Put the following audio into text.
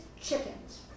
chickens